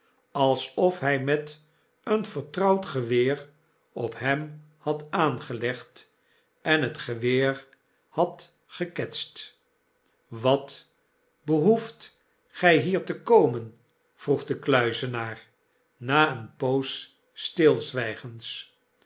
alsof hy met een vertrouwd geweer op hem had aangelegd en het geweer had geketst wat behoefdet gy hier te komen vroeg de kluizenaar na eene poos stilzwygens